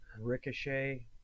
ricochet